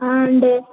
ആ ഉണ്ട്